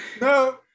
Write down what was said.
no